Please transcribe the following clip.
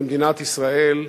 במדינת ישראל,